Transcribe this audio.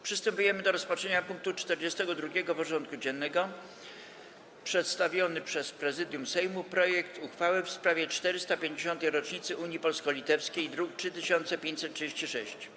Przystępujemy do rozpatrzenia punktu 42. porządku dziennego: Przedstawiony przez Prezydium Sejmu projekt uchwały w sprawie 450. rocznicy Unii Polsko-Litewskiej (druk nr 3536)